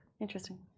Interesting